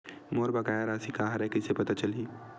मोर बकाया राशि का हरय कइसे पता चलहि?